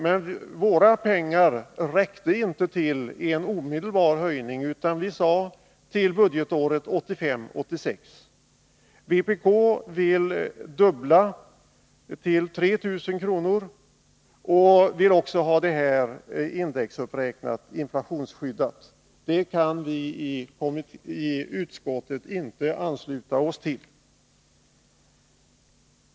Men våra pengar räckte inte till en omedelbar höjning utan vi sade att den skulle ske till budgetåret 1985/86. Vpk vill dubbla till 3 000 kr. och vill också ha detta bidrag indexuppräknat, dvs. inflationsskyddat. Det kravet kan vi i utskottet inte ansluta oss till.